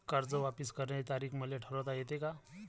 कर्ज वापिस करण्याची तारीख मले ठरवता येते का?